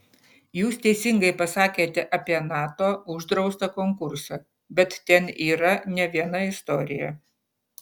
jūs teisingai pasakėte apie nato uždraustą konkursą bet ten yra ne viena istorija